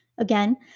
Again